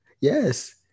Yes